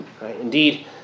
Indeed